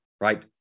right